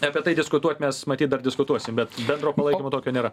apie tai diskutuot mes matyt dar diskutuosim bet bendro palaikymo tokio nėra